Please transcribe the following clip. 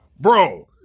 Bro